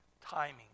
Timing